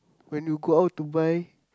when you go out to buy